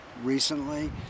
recently